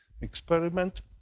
experiment